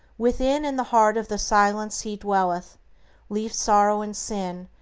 within, in the heart of the silence he dwelleth leave sorrow and sin,